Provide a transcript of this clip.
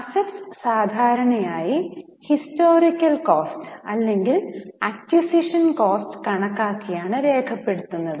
assets സാധാരണായായി historical cost അല്ലെങ്കിൽ acquisition cost കണക്കാക്കി ആണ് രേഖപ്പെടുത്തുന്നത്